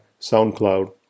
SoundCloud